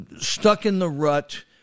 stuck-in-the-rut